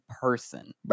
person